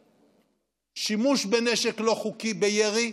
שימוש בנשק לא חוקי בירי,